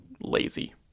lazy